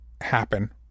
happen